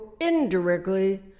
indirectly